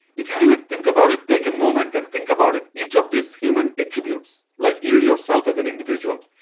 if you really think about it, take a moment and think about it, each of this human attributes like you yourself, as an individual,